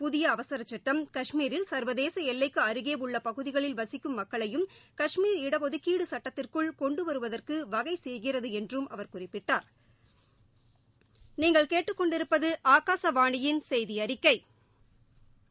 புதிய அவசரச்சுட்டம் காஷ்மீரில் சர்வதேச எல்லைக்கு அருகே உள்ள பகுதிகளில் வசிக்கும் மக்களையும் காஷ்மீர் இடஒதுக்கீடு சுட்டத்திற்குள் கொண்டுவருவதற்கு வகைசெய்கிறது என்று அவர் குறிப்பிட்டா்